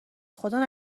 خدا